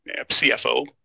CFO